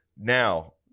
Now